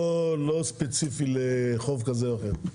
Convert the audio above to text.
לא ספציפי לחוף כזה או אחר.